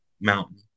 mountain